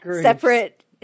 separate